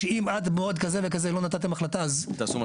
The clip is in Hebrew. שאם עד מועד כזה וכזה לא נתתם החלטה --- אז תעשה מה